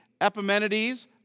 Epimenides